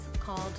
called